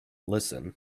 listen